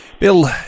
Bill